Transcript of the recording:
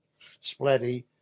Splatty